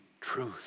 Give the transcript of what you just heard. truth